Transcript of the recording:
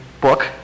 book